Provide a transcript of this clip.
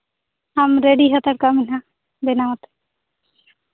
ᱟᱢ ᱨᱮᱰᱤ ᱦᱟᱛᱟᱲ ᱠᱚᱜ ᱢᱮ ᱦᱟᱸᱜ ᱵᱮᱱᱟᱣ ᱠᱟᱛᱮ